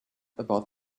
about